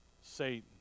Satan